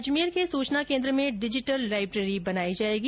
अजमेर के सूचना केंद्र में डिजिटल लाइब्रेरी बनाई जाएगी